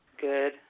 Good